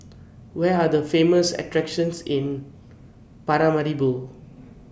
Where Are The Famous attractions in Paramaribo